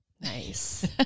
nice